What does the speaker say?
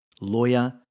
lawyer